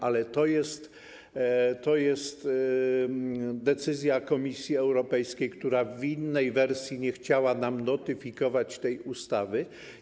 Ale to jest decyzja Komisji Europejskiej, która w innej wersji nie chciała nam notyfikować tej ustawy.